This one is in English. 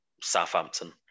Southampton